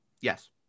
Yes